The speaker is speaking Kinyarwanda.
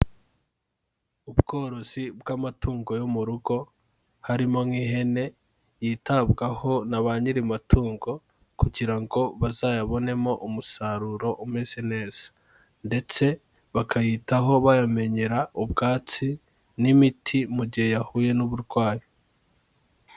Ubworozi bw'amatungo yo mu rugo, harimo nk'ihene yitabwaho na ba nyiri matungo, kugira ngo bazayabonemo umusaruro umeze neza. Ndetse bakayitaho bayamenyera ubwatsi n'imiti mu gihe yahuye n'uburwayi.